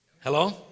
hello